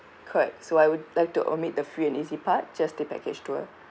correct so I would like to omit the free and easy part just the package tour